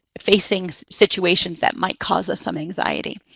facing situations that might cause us some anxiety.